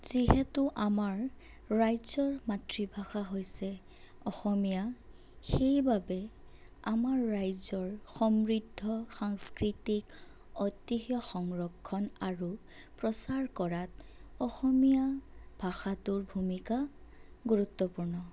যিহেতু আমাৰ ৰাজ্যৰ মাতৃভাষা হৈছে অসমীয়া সেইবাবে আমাৰ ৰাজ্যৰ সমৃদ্ধ সাংস্কৃতিক ঐতিহ্য সংৰক্ষণ আৰু প্ৰচাৰ কৰাত অসমীয়া ভাষাটোৰ ভূমিকা গুৰুত্বপূৰ্ণ